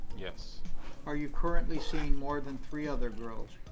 yes are you currently seeing more than three other girls?